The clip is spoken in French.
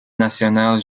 nationale